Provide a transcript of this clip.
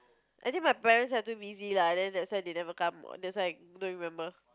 I think my parents are too busy lah then that's why they never come on that's why I don't remember